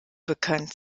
bekannt